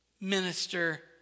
minister